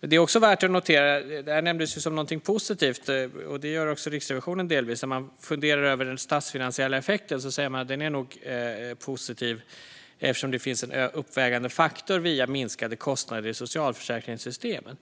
Det är värt att notera att en sak nämndes som någonting positivt, även delvis från Riksrevisionens sida. När man funderar över den statsfinansiella effekten säger man att den nog är positiv eftersom det finns en uppvägande faktor via minskade kostnader i socialförsäkringssystemet.